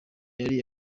yari